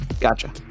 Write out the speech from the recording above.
Gotcha